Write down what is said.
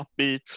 upbeat